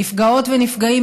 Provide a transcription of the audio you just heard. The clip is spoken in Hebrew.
נפגעות ונפגעים,